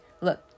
look